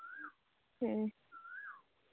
ᱦᱮᱸ